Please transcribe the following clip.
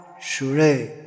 Shure